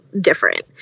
different